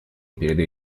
перед